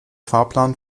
fahrplan